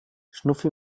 schnuffi